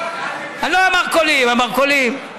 לא המרכולים, המרכולים,